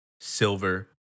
silver